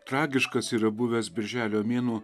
tragiškas yra buvęs birželio mėnuo